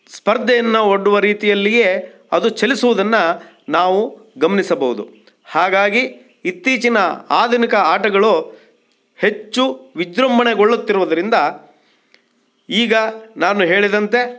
ಸ್ಪರ್ಧೆಯನ್ನು ಒಡ್ಡುವ ರೀತಿಯಲ್ಲಿಯೇ ಅದು ಚಲಿಸುವುದನ್ನು ನಾವು ಗಮನಿಸಬಹುದು ಹಾಗಾಗಿ ಇತ್ತೀಚಿನ ಆಧುನಿಕ ಆಟಗಳು ಹೆಚ್ಚು ವಿಜೃಂಭಣೆಗೊಳ್ಳುತ್ತಿರುವುದರಿಂದ ಈಗ ನಾನು ಹೇಳಿದಂತೆ